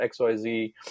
XYZ